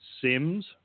Sims